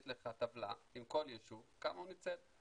יש לך טבלה עם כל יישוב כמה הוא ניצל.